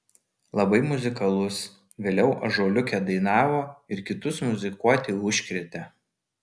labai muzikalus vėliau ąžuoliuke dainavo ir kitus muzikuoti užkrėtė